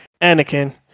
Anakin